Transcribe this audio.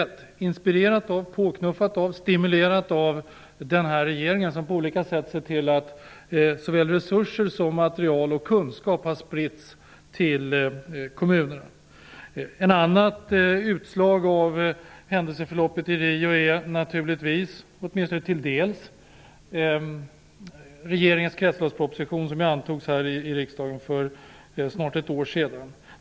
Detta arbete är inspirerat, påknuffat och stimulerat av den här regeringen som på olika sätt har sett till att resurser, material och kunskap har spritts till kommunerna. Ett annat utslag av händelseförloppet i Rio är naturligtvis -- åtminstone till en del -- regeringens kretsloppsproposition som antogs av riksdagen för snart ett år sedan.